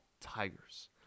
Tigers